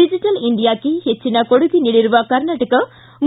digital India ಕ್ಕೆ ಹೆಚ್ಚನ ಕೊಡುಗೆ ನೀಡಿರುವ ಕರ್ನಾಟಕ